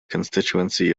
constituency